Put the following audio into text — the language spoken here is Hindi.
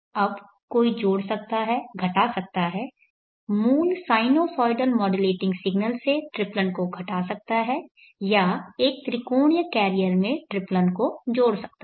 अब कोई जोड़ सकता है घटा सकता है मूल साइनुसॉइडल मॉड्युलेटिंग सिग्नल से ट्रिप्लन को घटा सकता है या एक त्रिकोणीय कैरियर में ट्रिप्लन को जोड़ सकता है